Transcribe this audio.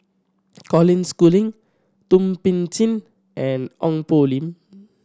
Colin Schooling Thum Ping Tjin and Ong Poh Lim